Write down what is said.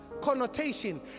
connotation